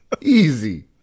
Easy